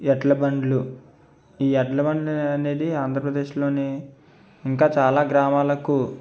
ఎడ్ల బండ్లు ఈ ఎడ్ల బండ్లు అనేది ఆంధ్రప్రదేశ్లోని ఇంకా చాలా గ్రామాలకు